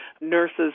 nurses